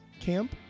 Camp